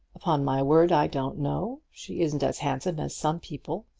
upon my word i don't know. she isn't as handsome as some people.